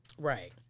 Right